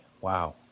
Wow